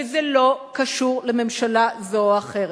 וזה לא קשור לממשלה זו או אחרת.